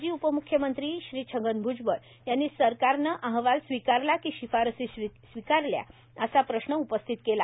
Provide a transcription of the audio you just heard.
माजी उपम्ख्यमंत्री छगन भ्जबळ यांनी सरकारनं अहवाल स्वीकारला की शिफारसी स्वीकारल्या असा प्रश्न उपस्थित केला